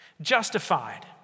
justified